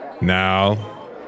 Now